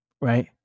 right